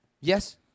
yes